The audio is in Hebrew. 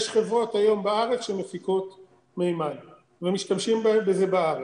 יש היום חברות בארץ שמפיקות מימן ומשתמשים בזה בארץ.